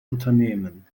unternehmen